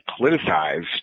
politicized